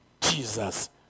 Jesus